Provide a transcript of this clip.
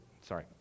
Sorry